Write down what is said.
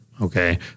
Okay